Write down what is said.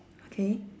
okay